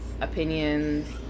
opinions